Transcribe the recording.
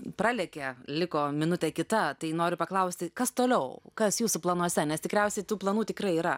pralekė liko minutė kita tai noriu paklausti kas toliau kas jūsų planuose nes tikriausiai tų planų tikrai yra